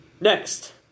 Next